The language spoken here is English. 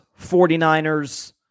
49ers